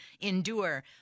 endure